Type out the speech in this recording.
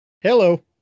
Hello